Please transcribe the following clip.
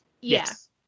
Yes